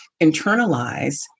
internalize